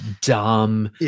dumb